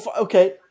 okay